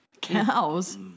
cows